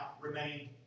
remained